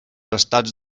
estats